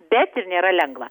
bet ir nėra lengva